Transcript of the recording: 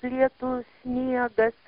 turėtų sniegas